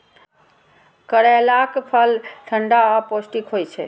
करैलाक फल ठंढा आ पौष्टिक होइ छै